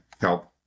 help